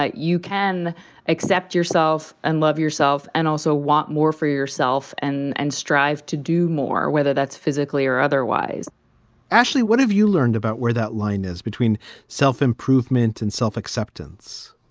you can accept yourself and love yourself and also want more for yourself and and strive to do more, whether that's physically or otherwise ashley, what have you learned about where that line is between self-improvement and self acceptance?